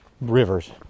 rivers